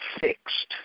fixed